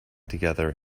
together